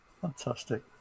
fantastic